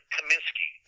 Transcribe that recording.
Kaminsky